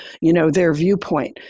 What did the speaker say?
you know, their viewpoint.